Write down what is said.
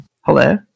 Hello